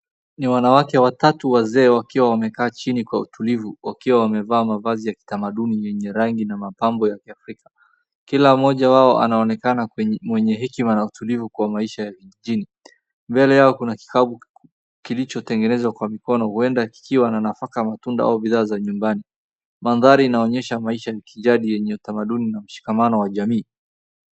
Ni wanawake watatu wazee wakiwa wamekaa chini kwa utulivu wakiwa wamevaa mavazi ya kitamaduni yenye rangi na mapambo ya kiafrika .Kila mmoja wao anaonekana mwenye hekima na utulivu kwa maisha ya kijiini mbele yao kuna kiao kilichotengenezwa kwa mikono huenda kukiwa nafaka, matunda au bidhaa za nyumbani mandhari inonanyesha maisha ni kijani yenye utamaduni na mshikamano wa jamii.